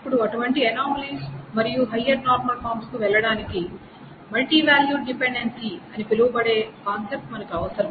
ఇప్పుడు అటువంటి అనామలీస్ మరియు హయ్యర్ నార్మల్ ఫామ్స్ కు వెళ్లడానికి మల్టీ వాల్యూడ్ డిపెండెన్సీ అని పిలువబడే కాన్సెప్ట్ మనకు అవసరం